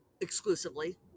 exclusively